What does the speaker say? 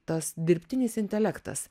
tas dirbtinis intelektas